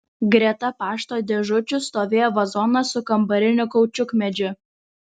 greta pašto dėžučių stovėjo vazonas su kambariniu kaučiukmedžiu